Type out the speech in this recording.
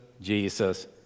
Jesus